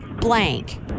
blank